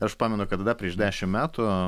aš pamenu kad dar prieš dešimt metų